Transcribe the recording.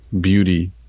beauty